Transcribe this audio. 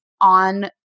on